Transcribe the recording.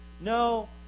no